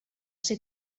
ser